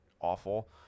awful